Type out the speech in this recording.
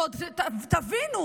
ועוד תבינו,